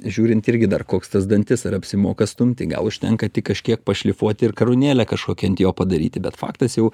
žiūrint irgi dar koks tas dantis ar apsimoka stumti gal užtenka tik kažkiek pašlifuoti ir karūnėlę kažkokią ant jo padaryti bet faktas jau